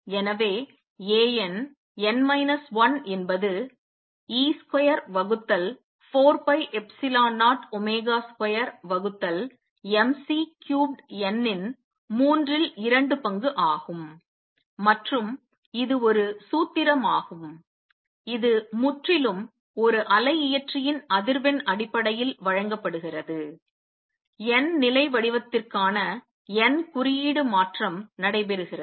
எனவே A n n minus 1 என்பது e square வகுத்தல் 4 pi எப்ஸிலோன் 0 ஒமேகா ஸ்கொயர் வகுத்தல் m C க்யூப்ட் n இன் மூன்றில் இரண்டு பங்கு ஆகும் மற்றும் இது ஒரு சூத்திரமாகும் இது முற்றிலும் ஒரு அலை இயற்றியின் அதிர்வெண் அடிப்படையில் வழங்கப்படுகிறது n நிலை வடிவத்திற்கான n குறியீடு மாற்றம் நடைபெறுகிறது